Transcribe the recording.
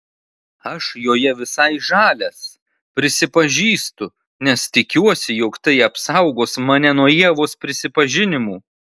aš joje visai žalias prisipažįstu nes tikiuosi jog tai apsaugos mane nuo ievos prisipažinimų